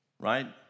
Right